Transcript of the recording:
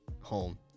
home